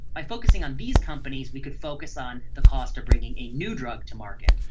by focusing on these companies we could focus on the cost of bringing a new drug to market.